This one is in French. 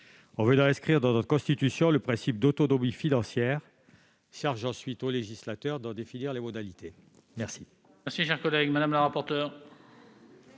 en inscrivant dans la Constitution le principe d'autonomie financière, à charge ensuite au législateur d'en définir les modalités. Quel